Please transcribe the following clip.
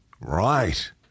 right